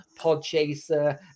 Podchaser